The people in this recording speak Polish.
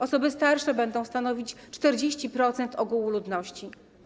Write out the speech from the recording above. Osoby starsze będą stanowić 40% ogółu ludności.